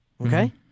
okay